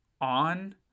On